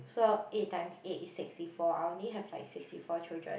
so eight times eight is sixty four I only have like sixty four children